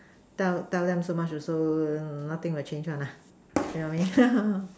tell tell them so much also nothing will change one lah you know what I mean